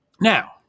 now